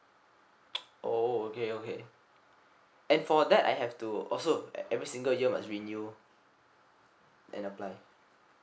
oh okay okay and for that I have to also at every single year must renew and apply